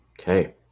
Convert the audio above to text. okay